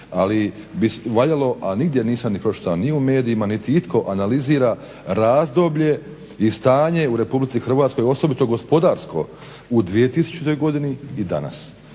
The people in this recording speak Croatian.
ali bi valjalo a nigdje nisam ni pročitao ni u medijima, niti itko analizira razdoblje i stanje u Republici Hrvatskoj osobito gospodarsko u 2000. godini i danas.